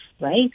right